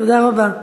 תודה רבה.